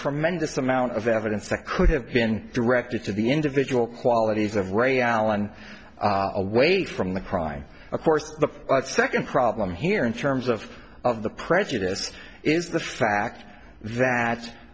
tremendous amount of evidence that could have been directed to the individual qualities of ray allen away from the crime of course the second problem here in terms of of the prejudice is the fact